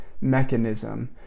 mechanism